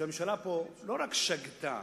שהממשלה פה לא רק שגתה.